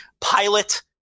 Pilot